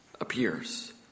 appears